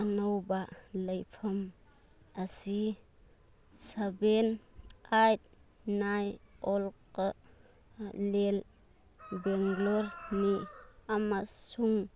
ꯑꯅꯧꯕ ꯂꯩꯐꯝ ꯑꯁꯤ ꯁꯕꯦꯟ ꯑꯩꯠ ꯅꯥꯏꯟ ꯂꯦꯜ ꯕꯦꯡꯒ꯭ꯂꯣꯔꯅꯤ ꯑꯃꯁꯨꯡ